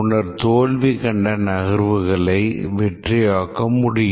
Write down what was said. முன்னர் தோல்வி கண்ட நகர்வுகளை வெற்றியாக்க முடியும்